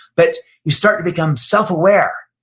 but you start to become self-aware.